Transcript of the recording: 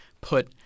put